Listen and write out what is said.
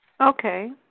Okay